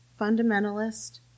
fundamentalist